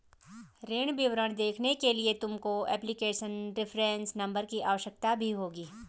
ऋण विवरण देखने के लिए तुमको एप्लीकेशन रेफरेंस नंबर की आवश्यकता भी होगी